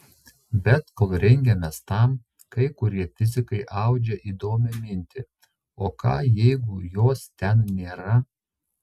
bet kol rengiamės tam kai kurie fizikai audžia įdomią mintį o ką jeigu jos ten nėra